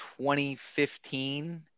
2015